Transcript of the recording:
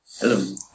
Hello